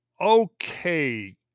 Okay